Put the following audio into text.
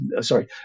sorry